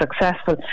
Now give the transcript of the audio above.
successful